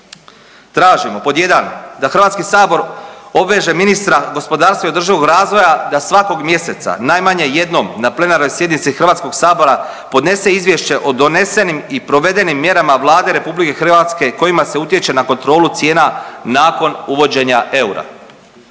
tražimo pod jedan da HS obveže ministra gospodarstva i održivog razvoja da svakog mjeseca najmanje jednom na plenarnoj sjednici HS podnese izvješće o donesenim i provedenim mjerama Vlade RH kojima se utječe na kontrolu cijena nakon uvođenja eura,